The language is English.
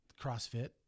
crossfit